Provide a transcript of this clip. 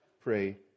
pray